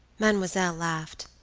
mademoiselle laughed,